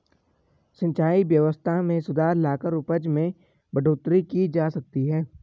सिंचाई व्यवस्था में सुधार लाकर उपज में बढ़ोतरी की जा सकती है